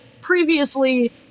previously